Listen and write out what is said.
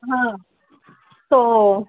ہاں تو